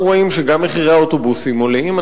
אנחנו רואים שגם מחירי הנסיעות באוטובוסים עולים,